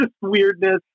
weirdness